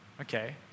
okay